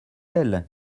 elle